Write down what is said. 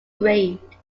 grade